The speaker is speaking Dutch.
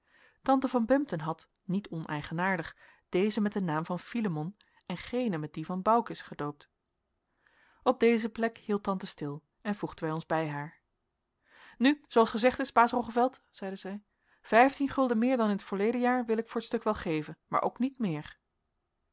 tante van bempden had niet oneigenaardig dezen met den naam van philemon en genen met dien van baucis gedoopt op deze plek hield tante stil en voegden wij ons bij haar nu zooals gezegd is baas roggeveld zeide zij vijftien gulden meer dan in t voorleden jaar wil ik voor t stuk wel geven maar ook niet meer